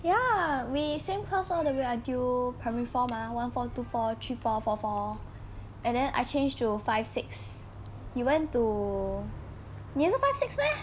ya we same class all the way until primary four mah one four two four three four four four and then I change to five six you went to 你是 five six meh